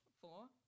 Four